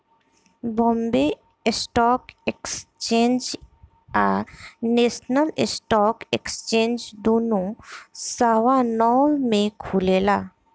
Bombay stock exchange आ national stock exchange दुनो सवा नौ में खुलेला